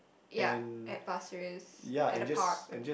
ya at Pasir-Ris at the park